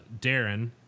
Darren